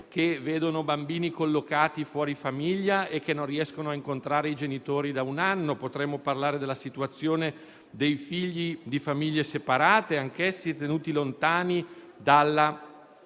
che vengono collocati fuori famiglia e non riescono a incontrare i genitori da un anno. Potremmo parlare anche della situazione dei figli di famiglie separate, anch'essi tenuti lontani dai